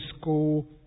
school